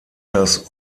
das